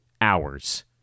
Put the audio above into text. hours